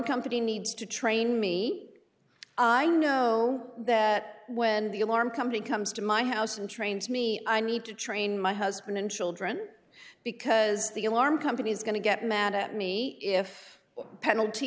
company needs to train me i know that when the alarm company comes to my house and trains me i need to train my husband and children because the alarm company is going to get mad at me if penalty